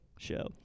Show